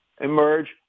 emerge